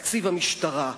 תקציב המשטרה.